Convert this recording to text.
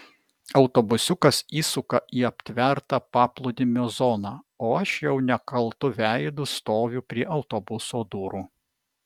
autobusiukas įsuka į aptvertą paplūdimio zoną o aš jau nekaltu veidu stoviu prie autobuso durų